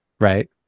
right